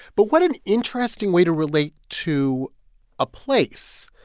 but what an interesting way to relate to a place,